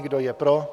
Kdo je pro?